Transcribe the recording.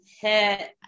hit